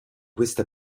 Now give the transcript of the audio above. questa